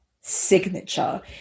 signature